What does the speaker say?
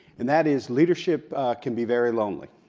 and that is leadership can be very lonely,